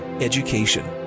education